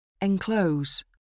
Enclose